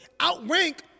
outrank